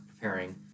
preparing